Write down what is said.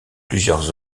plusieurs